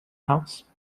house